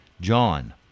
John